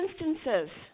instances